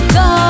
go